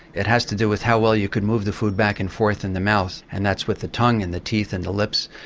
it has to do with how well you can move the food back and forth in the mouth, and that's with the tongue and the teeth and the lips.